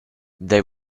they